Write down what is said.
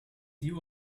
deal